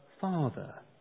Father